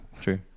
True